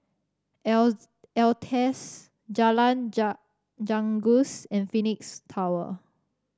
Altez Jalan Janggus and Phoenix Tower